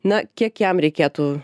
na kiek jam reikėtų